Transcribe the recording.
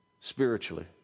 spiritually